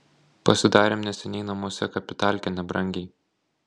pasidarėm neseniai namuose kapitalkę nebrangiai